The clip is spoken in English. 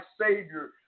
savior